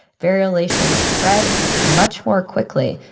variolation spread much more quickly,